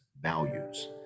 values